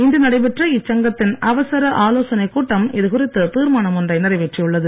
இன்று நடைபெற்ற இச்சங்கத்தின் அவசர ஆலோசனைக் கூட்டம் இது குறித்து தீர்மானம் ஒன்றை நிறைவேற்றியுள்ளது